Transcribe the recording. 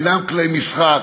אינם כלי משחק